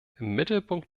mittelpunkt